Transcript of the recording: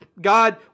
God